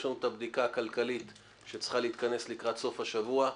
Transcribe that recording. יש לנו את הבדיקה הכלכלית שצריכה להתכנס לקראת סוף השבוע,